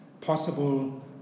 possible